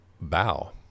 bow